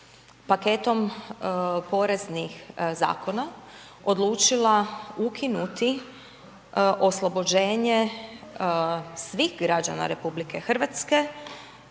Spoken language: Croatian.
paketom poreznih zakona odlučila ukinuti oslobođenje svih građana RH